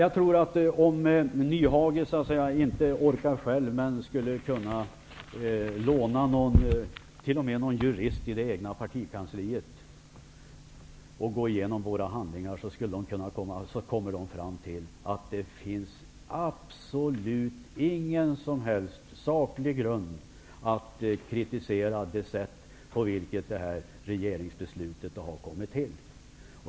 Om Hans Nyhage bad någon jurist, t.ex. i det egna partikansliet, att gå igenom våra handlingar skulle man komma fram till att det inte finns någon som helst saklig grund för att kritisera det sätt på vilket det här regeringsbeslutet har kommit till.